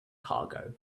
cargo